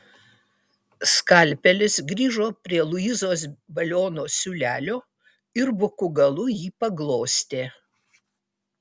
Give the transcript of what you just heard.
skalpelis grįžo prie luizos baliono siūlelio ir buku galu jį paglostė